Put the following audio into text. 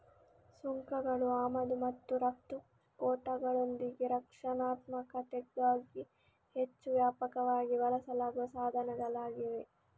ಸುಂಕಗಳು ಆಮದು ಮತ್ತು ರಫ್ತು ಕೋಟಾಗಳೊಂದಿಗೆ ರಕ್ಷಣಾತ್ಮಕತೆಗಾಗಿ ಹೆಚ್ಚು ವ್ಯಾಪಕವಾಗಿ ಬಳಸಲಾಗುವ ಸಾಧನಗಳಾಗಿವೆ